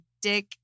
dick